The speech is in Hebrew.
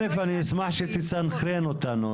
אל"ף אני אשמח שתסנכרן אותנו,